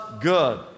good